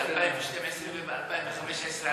ב-2012 וב-2015,